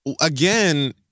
again